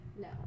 No